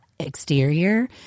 exterior